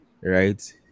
right